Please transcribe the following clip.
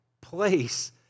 place